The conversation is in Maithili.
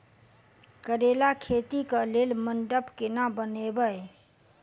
करेला खेती कऽ लेल मंडप केना बनैबे?